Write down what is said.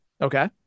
Okay